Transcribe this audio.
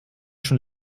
schon